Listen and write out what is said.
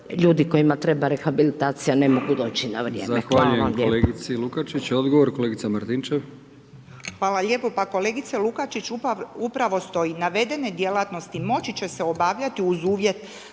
ljudima kojima treba rehabilitacije ne mogu doći na vrijeme.